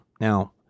Now